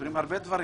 פוטרים הרבה דברים.